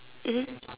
mmhmm